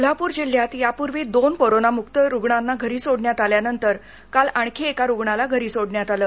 कोल्हापूर दिल्ह्यात यापूर्वी दोन कोरोनामुक्त रुग्णांना घरी सोडण्यात आल्यानंतर काल आणखी एका रुग्णाला घरी सोडण्यात आले